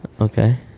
Okay